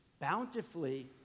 bountifully